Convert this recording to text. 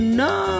no